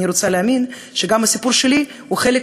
אני רוצה להאמין שגם הסיפור שלי הוא חלק